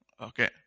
okay